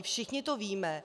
Všichni to víme.